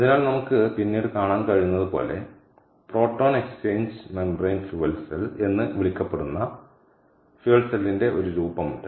അതിനാൽ നമുക്ക് പിന്നീട് കാണാൻ കഴിയുന്നതുപോലെ proton exchange membrane fuel cell എന്ന് വിളിക്കപ്പെടുന്ന ഇന്ധന സെല്ലിന്റെ ഒരു രൂപമുണ്ട്